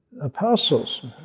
apostles